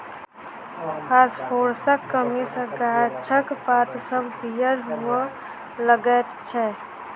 फासफोरसक कमी सॅ गाछक पात सभ पीयर हुअ लगैत छै